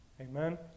Amen